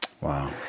Wow